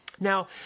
Now